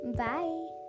bye